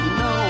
no